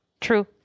True